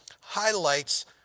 highlights